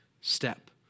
step